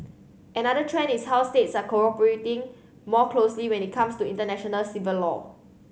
another trend is how states are cooperating more closely when it comes to international civil law